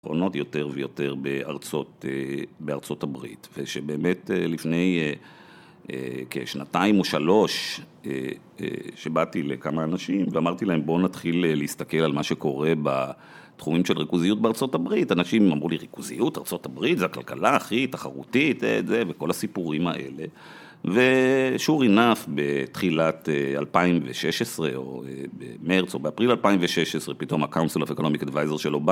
עונות יותר ויותר בארצות, בארצות הברית, ושבאמת לפני כשנתיים או שלוש שבאתי לכמה אנשים ואמרתי להם בואו נתחיל להסתכל על מה שקורה בתחומים של ריכוזיות בארצות הברית, אנשים אמרו לי ריכוזיות, ארצות הברית, זה הכלכלה הכי תחרותית וכל הסיפורים האלה. ושור אינף בתחילת 2016 או במרץ או באפריל 2016 פתאום ה-counsel of economic advisor